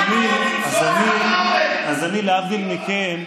אז אני, להבדיל מכם,